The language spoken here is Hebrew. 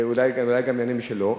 ואולי גם יענה משלו,